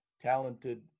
talented